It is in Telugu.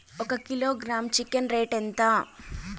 ఒక కిలోగ్రాము చికెన్ రేటు ఎంత?